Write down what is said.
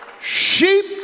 Sheep